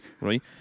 Right